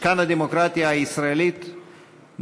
משכן הדמוקרטיה הישראלית,